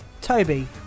toby